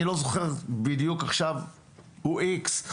אני לא זוכר בדיוק עכשיו הוא איקס,